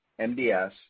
MDS